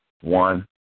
one